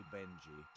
Benji